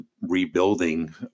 rebuilding